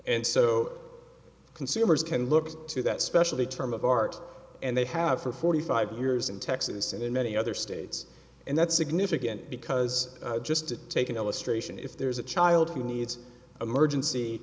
and so consumers can look to that special a term of art and they have for forty five years in texas and in many other states and that's significant because just to take an illustration if there's a child who needs emergency